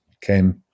came